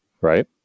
right